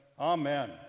Amen